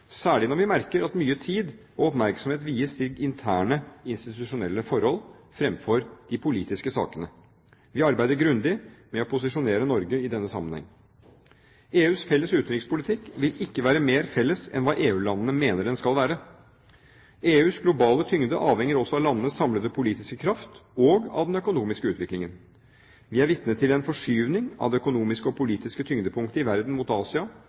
særlig når vi merker at mye tid og oppmerksomhet vies til interne institusjonelle forhold fremfor de politiske sakene. Vi arbeider grundig med å posisjonere Norge i denne sammenheng. EUs felles utenrikspolitikk vil ikke være mer felles enn hva EU-landene mener den skal være. EUs globale tyngde avhenger også av landenes samlede politiske kraft og av den økonomiske utviklingen. Vi er vitne til en forskyvning av det økonomiske og politiske tyngdepunktet i verden mot Asia,